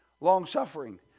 long-suffering